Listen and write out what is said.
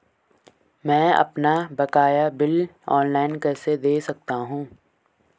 मैं अपना बकाया बिल ऑनलाइन कैसे दें सकता हूँ?